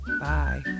Bye